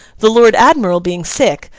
the lord admiral being sick,